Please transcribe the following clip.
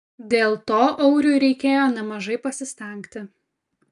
dėl to auriui reikėjo nemažai pasistengti